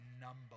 number